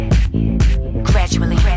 gradually